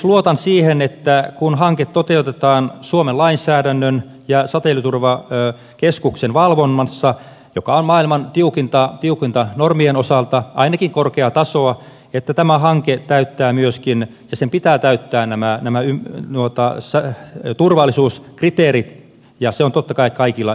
luotan siihen että kun hanke toteutetaan suomen lainsäädännön ja säteilyturvakeskuksen valvonnassa joka on maailman tiukinta normien osalta ainakin korkeaa tasoa tämä hanke täyttää myöskin ja sen pitää täyttää nämä turvallisuuskriteerit ja se on totta kai kaikille itsestään selvä asia